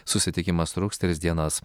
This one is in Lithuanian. susitikimas truks tris dienas